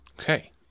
Okay